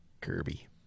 Kirby